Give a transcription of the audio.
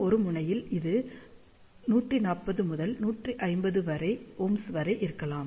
ஒரு முனையில் அது 140 முதல் 150Ω வரை இருக்கலாம்